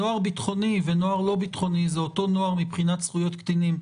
נוער ביטחוני ונוער לא ביטחוני זה אותו נוער מבחינת זכויות קטינים.